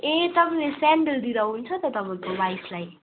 ए तपाईँले स्यान्डल दिँदा हुन्छ त तपाईँको वाइफलाई